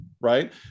right